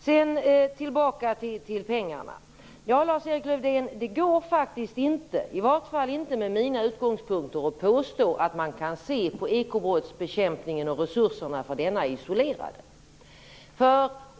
Sedan tillbaka till pengarna: Lars-Erik Lövdén, det går faktiskt inte, i varje fall inte med mina utgångspunkter, att påstå att man kan se på ekobrottsbekämpningen och resurserna för denna isolerat.